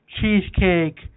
cheesecake